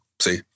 see